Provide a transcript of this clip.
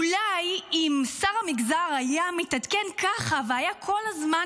אולי אם שר המגזר היה מתעדכן ככה והיה כל הזמן